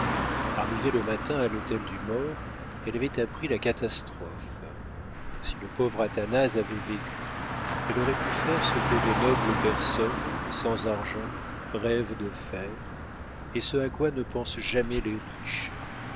arrivée le matin à l'hôtel du more elle avait appris la catastrophe si le pauvre athanase avait vécu elle aurait pu faire ce que de nobles personnes sans argent rêvent de faire et ce à quoi ne pensent jamais les riches